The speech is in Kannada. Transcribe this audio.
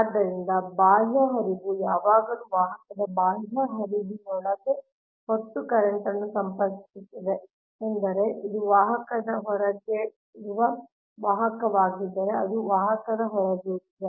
ಆದ್ದರಿಂದ ಬಾಹ್ಯ ಹರಿವು ಯಾವಾಗಲೂ ವಾಹಕದ ಬಾಹ್ಯ ಹರಿವಿನೊಳಗಿನ ಒಟ್ಟು ಕರೆಂಟ್ನ್ನು ಸಂಪರ್ಕಿಸುತ್ತದೆ ಎಂದರೆ ಇದು ವಾಹಕದ ಹೊರಗಿರುವ ವಾಹಕವಾಗಿದ್ದರೆ ಅದು ವಾಹಕದ ಹೊರಗಿರುತ್ತದೆ